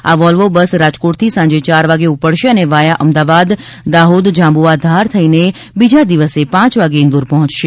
આ Volvo bus રાજકોટથી સાંજે યાર વાગ્યે ઉપડશે અને વાયા અમદાવાદ દાહોદ જાંબુવા ઘાર થઇને બીજા દિવસે પાંચ વાગ્યે ઇન્દોર પહોંચશે